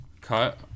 cut